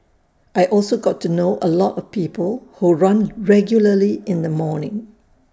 I also got to know A lot of people who run regularly in the morning